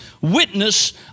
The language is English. witness